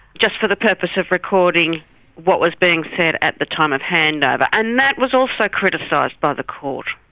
just for the purpose of recording what was being said at the time of handover. and that was also criticised by the court.